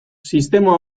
sistema